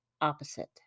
opposite